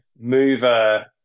mover